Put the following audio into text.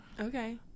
okay